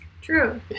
True